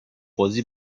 بازی